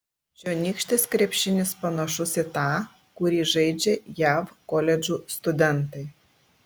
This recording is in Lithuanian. čionykštis krepšinis panašus į tą kurį žaidžia jav koledžų studentai